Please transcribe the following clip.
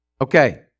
Okay